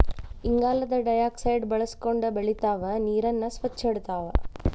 ಇಂಗಾಲದ ಡೈಆಕ್ಸೈಡ್ ಬಳಸಕೊಂಡ ಬೆಳಿತಾವ ನೇರನ್ನ ಸ್ವಚ್ಛ ಇಡತಾವ